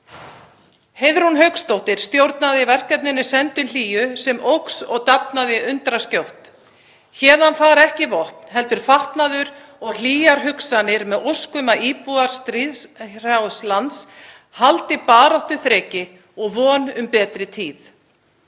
Heiðrún Hauksdóttir stjórnaði verkefninu Sendum hlýju sem óx og dafnaði undraskjótt. Héðan fara ekki vopn heldur fatnaður og hlýjar hugsanir með ósk um að íbúar stríðshrjáðs lands haldi baráttuþreki og von um betri tíð.